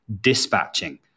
dispatching